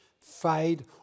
fade